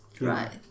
Right